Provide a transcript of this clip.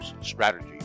strategy